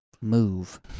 move